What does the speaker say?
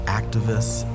activists